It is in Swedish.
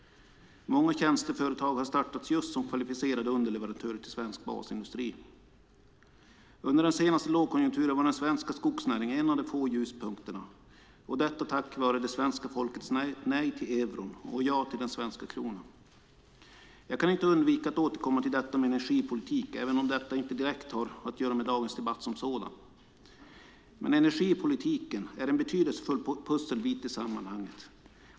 Många tjänsteföretag har startats just som kvalificerade underleverantörer till svensk basindustri. Under den senaste lågkonjunkturen var den svenska skogsnäringen en av de få ljuspunkterna, detta tack vare det svenska folkets nej till euron och ja till den svenska kronan. Jag kan inte undvika att återkomma till detta med energipolitik, även om det inte direkt har att göra med dagens debatt som sådan. Men energipolitiken är en betydelsefull pusselbit i sammanhanget.